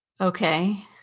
Okay